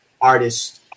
artist